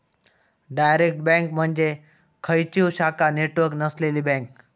direct bank म्हणजे खंयचीव शाखा नेटवर्क नसलेली बँक